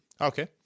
Okay